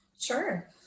Sure